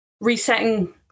resetting